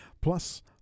Plus